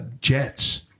jets